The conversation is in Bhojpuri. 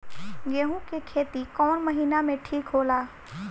गेहूं के खेती कौन महीना में ठीक होला?